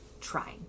trying